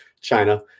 China